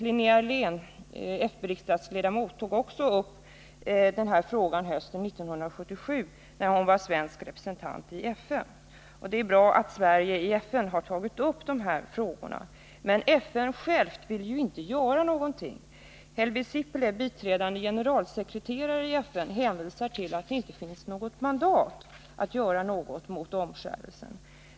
Linnea Hörlén, folkpartistisk riksdagsledamot, tog också upp denna fråga under 1977 när hon var svensk representant i FN. Det är bra att Sverige i FN har tagit upp dessa frågor. Men FN som organisation vill inte göra någonting. Helvi Sipilä, biträdande generalsekreterare i FN, hänvisar till att det inte finns något mandat att göra någonting mot omskärelse.